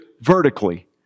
vertically